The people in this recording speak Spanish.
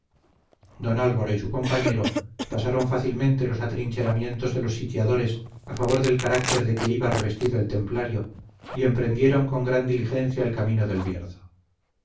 don álvaro y su compañero pasaron fácilmente los atrincheramientos de los sitiadores a favor del carácter de que iba revestido el templario y emprendieron con gran diligencia el camino del